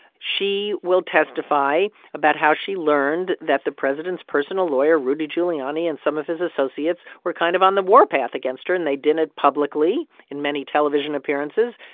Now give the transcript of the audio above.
she will testify about how she learned that the president's personal lawyer, rudy giuliani, and some of his associates were kind of on the warpath against her. and they did it publicly in many television appearances.